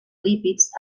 lípids